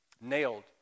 nailed